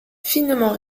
finement